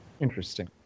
interesting